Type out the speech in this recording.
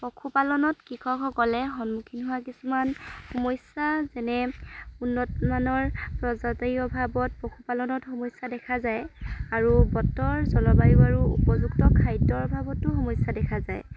পশুপালনত কৃষকসকলে সন্মুখীন হোৱা কিছুমান সমস্য়া যেনে উন্নতমানৰ প্ৰজাতিৰ অভাৱত পশুপালনত সমস্য়া দেখা যায় আৰু বতৰ জলবায়ু আৰু উপযুক্ত খাদ্য়ৰ অভাৱতো সমস্য়া দেখা যায়